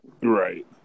Right